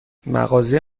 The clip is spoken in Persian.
مغازه